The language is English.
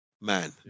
man